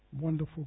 Wonderful